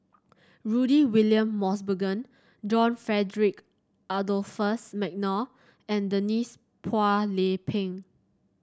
Rudy William Mosbergen John Frederick Adolphus McNair and Denise Phua Lay Peng